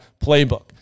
playbook